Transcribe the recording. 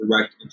direct